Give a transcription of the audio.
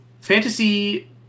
fantasy